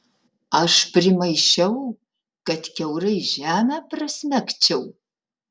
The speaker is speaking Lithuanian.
aš primaišiau kad kiaurai žemę prasmegčiau